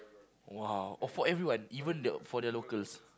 !wow! oh for everyone even the for the locals